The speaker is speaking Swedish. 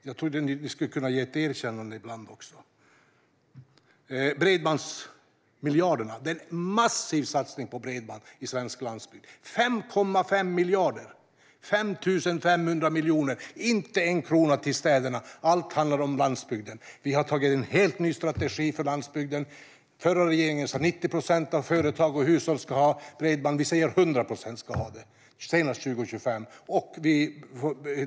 Jag trodde att ni skulle kunna ge ett erkännande ibland också. Bredbandsmiljarderna är en massiv satsning på bredband på svensk landsbygd: 5,5 miljarder eller 5 500 miljoner. Inte en krona går till städerna, utan allt handlar om landsbygden. Vi har antagit en helt ny strategi för landsbygden. Den förra regeringen sa att 90 procent av företagen och hushållen ska ha bredband, men vi säger att 100 procent ska ha det senast 2025.